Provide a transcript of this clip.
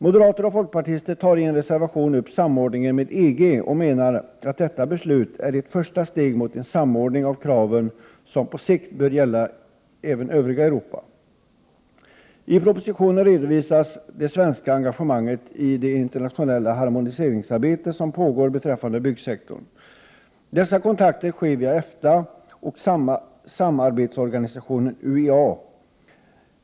Moderaterna och folkpartiet tar i en reservation upp frågan om samordningen med EG och menar att detta beslut är ett första steg mot en samordning av kraven som på sikt bör gälla även övriga Europa. I propositionen redovisas det svenska engagemanget i det internationella harmoniseringsarbete som pågår beträffande byggsektorn. Dessa kontakter sker via EFTA och samarbetsorganisationen UEA.